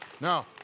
Now